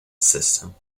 system